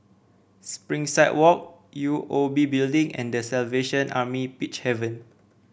Springside Walk U O B Building and The Salvation Army Peacehaven